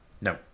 No